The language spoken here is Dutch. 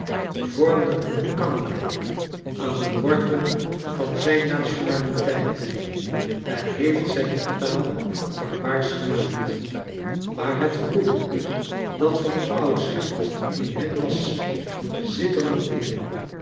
vormde een kanker aan den wortel van zijn nationaliteit en heeft zijne taal barbaarsch gemaakt maar het goede dat van oudsher in hen was zit er nog in